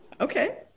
Okay